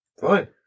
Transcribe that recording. fine